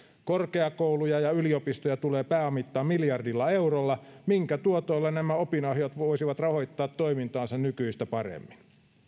korkeakouluja ja yliopistoja tulee pääomittaa miljardilla eurolla minkä tuotoilla nämä opinahjot voisivat rahoittaa toimintaansa nykyistä paremmin